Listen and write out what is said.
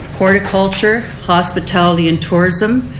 hoerity culture, hospitality and tourism.